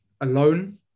alone